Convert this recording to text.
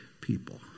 people